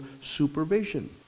supervision